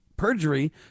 Perjury